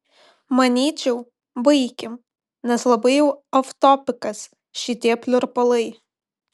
manyčiau baikim nes labai jau oftopikas šitie pliurpalai